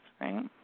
right